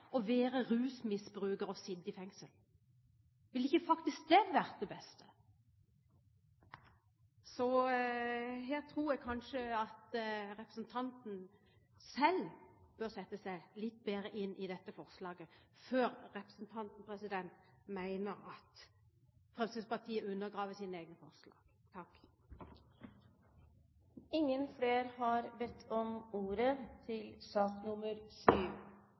å være rusmisbruker og sitte i fengsel? Ville ikke det faktisk vært det beste? Her tror jeg kanskje at representanten bør sette seg litt bedre inn i forslaget før han mener at Fremskrittspartiet undergraver sine egne forslag. Flere har ikke bedt om ordet til sak